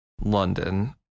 London